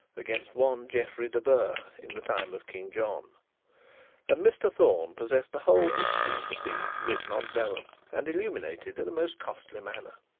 against one godfrey de burgh, in the time of king john and mr thorne possessed the whole history of the siege written on vellum, and illuminated in a most costly manner.